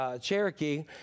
Cherokee